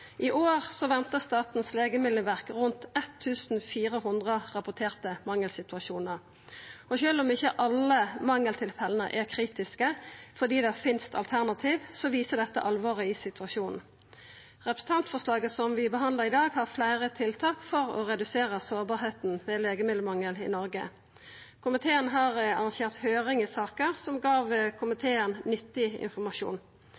I år ventar Statens legemiddelverk rundt 1 400 rapporterte mangelsituasjonar. Sjølv om ikkje alle mangeltilfella er kritiske, fordi det finst alternativ, viser dette alvoret i situasjonen. Representantforslaget som vi behandlar i dag, har fleire tiltak for å redusera sårbarheita til legemiddelmangel i Noreg. Komiteen har arrangert høyring i saka, som gav